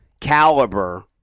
caliber